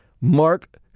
Mark